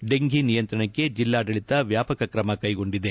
dengue ನಿಯಂತ್ರಣಕ್ಕೆ ಜಿಲ್ಲಾಡಳತ ವ್ಯಾಪಕ ಕ್ರಮ ಕೈಗೊಂಡಿದೆ